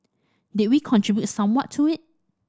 did we contribute somewhat to it